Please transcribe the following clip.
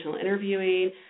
interviewing